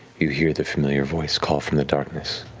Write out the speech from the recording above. you hear the familiar voice call from the darkness.